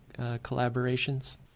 collaborations